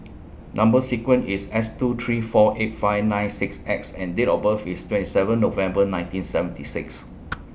Number sequence IS S two three four eight five nine six X and Date of birth IS twenty seven November nineteen seventy six